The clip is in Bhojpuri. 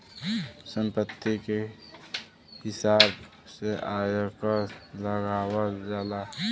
संपत्ति के हिसाब से आयकर लगावल जाला